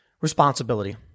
responsibility